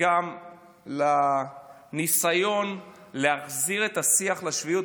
וגם לניסיון להחזיר את השיח לשפיות,